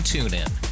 TuneIn